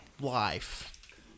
life